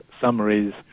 summaries